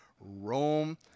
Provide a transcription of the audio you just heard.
Rome